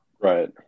Right